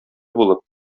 булып